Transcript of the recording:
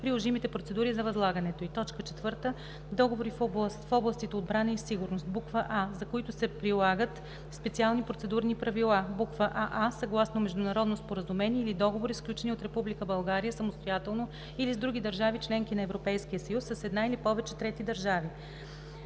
приложимите процедури за възлагането й. 4. Договори в областите отбрана и сигурност а) за които се прилагат специални процедурни правила: аа) съгласно международно споразумение или договори, сключени от Република България самостоятелно или с други държави – членки на Европейския съюз, с една или повече трети държави;